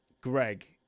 Greg